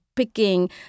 picking